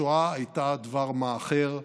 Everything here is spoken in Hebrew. השואה הייתה דבר מה אחר,